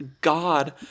God